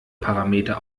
parameter